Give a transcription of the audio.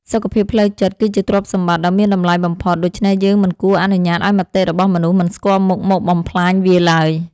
សុខភាពផ្លូវចិត្តគឺជាទ្រព្យសម្បត្តិដ៏មានតម្លៃបំផុត ដូច្នេះយើងមិនគួរអនុញ្ញាតឱ្យមតិរបស់មនុស្សមិនស្គាល់មុខមកបំផ្លាញវាឡើយ។